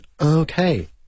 Okay